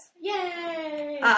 Yay